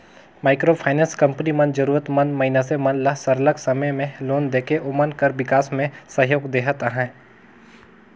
micro finance company मन जरूरत मंद मइनसे मन ल सरलग समे में लोन देके ओमन कर बिकास में सहयोग देहत अहे